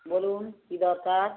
বলুন কী দরকার